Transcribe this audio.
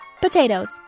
Potatoes